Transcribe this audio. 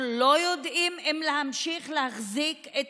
אנחנו לא יודעים אם להמשיך ולהחזיק את